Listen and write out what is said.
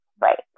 Right